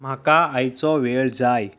म्हाका आयचो वेळ जाय